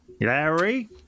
Larry